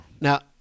Now